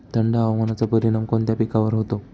थंड हवामानाचा परिणाम कोणत्या पिकावर होतो?